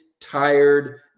tired